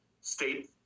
state